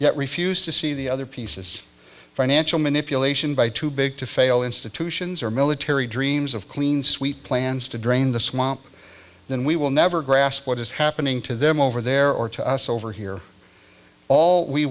yet refused to see the other pieces financial manipulation by too big to fail institutions or military dreams of clean sweep plans to drain the swamp then we will never grasp what is happening to them over there or to us over here all we